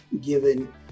given